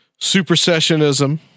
Supersessionism